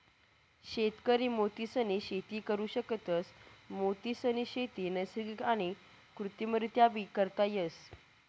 शेतकरी मोतीसनी शेती करु शकतस, मोतीसनी शेती नैसर्गिक आणि कृत्रिमरीत्याबी करता येस